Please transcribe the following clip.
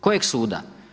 Kojeg suda?